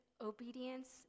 obedience